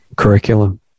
curriculum